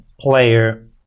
player